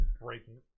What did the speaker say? breaking